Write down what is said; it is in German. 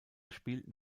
spielten